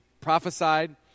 prophesied